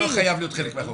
הוא לא חלק מהחוק.